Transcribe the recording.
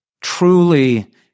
truly